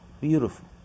beautiful